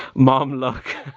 mom look!